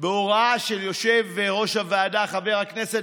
בהוראה של יושב-ראש הוועדה חבר הכנסת